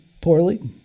poorly